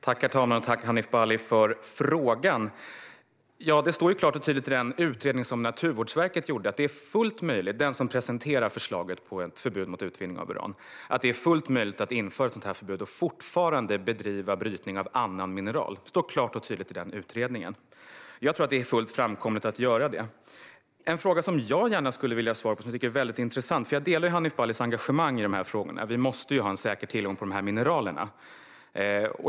Herr talman! Tack, Hanif Bali, för frågan! Det står klart och tydligt i den utredning som Naturvårdsverket har gjort, och som presenterar förslaget till ett förbud mot utvinning av uran, att det är fullt möjligt att införa ett sådant förbud och fortfarande bedriva brytning av annan mineral. Det står klart och tydligt i den utredningen, och jag tror att det är en fullt framkomlig väg. Det är en fråga som jag tycker är väldigt intressant och som jag gärna skulle vilja ha svar på. Jag delar Hanif Balis engagemang i dessa frågor. Vi måste ha en säker tillgång på dessa mineraler.